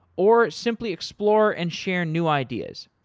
or simply explore and share new ideas.